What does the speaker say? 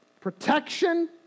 Protection